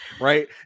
right